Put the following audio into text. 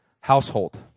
Household